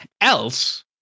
Else